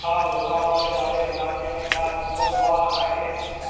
छा लोनावाले वारे इलाइक़े में का स्पोर्ट ॿारु आहे